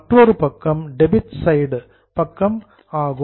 மற்றொரு பக்கம் debit side debit பக்கம் ஆகும்